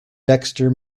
dexter